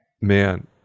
Man